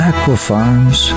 Aquafarms